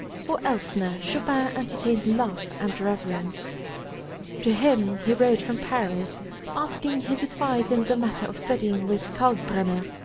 for elsner chopin entertained love and reverence to him he wrote from paris asking his advice in the matter of studying with kalkbrenner,